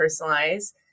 personalize